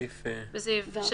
בסעיף 6,